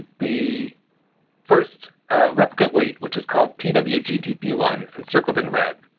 the first replicate weight which is called p w g t p one and circled in red.